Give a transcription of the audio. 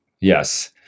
Yes